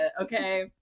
okay